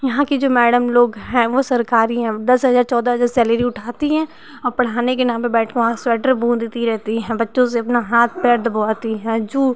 यहाँ कि जो मैडम लोग हैं वो सरकारी हैं दस हजार चौदह हजार सैलरी उठाती हैं और पढ़ाने के नाम पर बैठ कर वहाँ स्वेटर बूंदती रहती हैं बच्चों से अपना हाथ पैर दबाती हैं जो